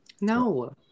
No